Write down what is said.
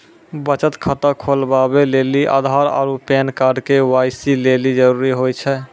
बचत खाता खोलबाबै लेली आधार आरू पैन कार्ड के.वाइ.सी लेली जरूरी होय छै